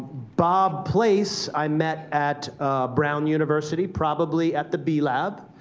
bob place i met at brown university, probably at the b-lab.